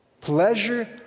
pleasure